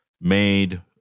made